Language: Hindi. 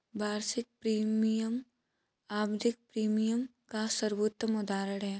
वार्षिक प्रीमियम आवधिक प्रीमियम का सर्वोत्तम उदहारण है